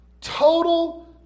total